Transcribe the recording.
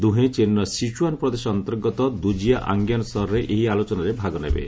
ଦୁହେଁ ଚୀନର ସିଚ୍ୟୁଆନ ପ୍ରଦେଶ ଅନ୍ତର୍ଗତ ଦୁଜିଆ ଆଙ୍ଗିୟାନ୍ ସହରରେ ଏହି ଆଲୋଚନାରେ ଭାଗ ନେବେ